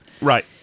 Right